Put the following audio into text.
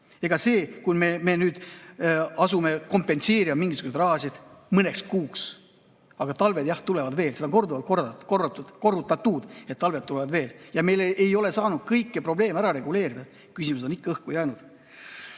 See, kui me nüüd asume kompenseerima mingisuguseid rahasid mõneks kuuks, aga talved tulevad veel, seda on korduvalt korratud, korrutatud, et talved tulevad veel, siis ega me ei ole saanud kõiki probleeme ära reguleerida, küsimused on ikka õhku jäänud.